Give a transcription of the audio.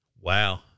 Wow